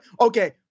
okay